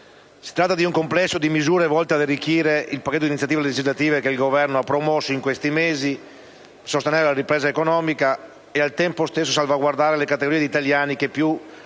Si tratta di un complesso di misure volte ad arricchire il periodo di iniziative legislative che il Governo ha promosso in questi mesi per sostenere la ripresa economica e, al tempo stesso, salvaguardare le categorie di italiani che più